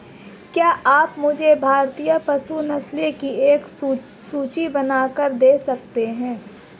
क्या आप मुझे भारतीय पशु नस्लों की एक सूची बनाकर दे सकते हैं?